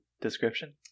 description